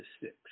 six